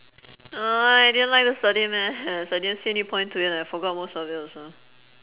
ah I didn't like to study maths I didn't see any point to it and I forgot most of it also